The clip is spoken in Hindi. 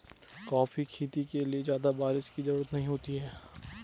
कॉफी खेती के लिए ज्यादा बाऱिश की जरूरत नहीं होती है